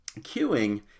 queuing